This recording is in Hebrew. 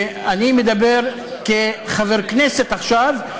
ואני מדבר כחבר כנסת עכשיו,